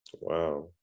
Wow